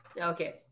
Okay